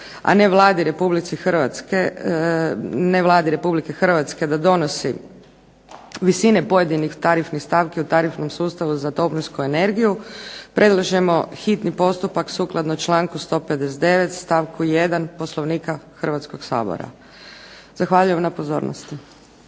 a ne Vladi Republike Hrvatske da donosi visine pojedinih tarifnih stavki u tarifnom sustavu za toplinsku energiju, predlažemo hitni postupak sukladno članku 159. stavku 1. Poslovnika Hrvatskog sabora. Zahvaljujem na pozornosti.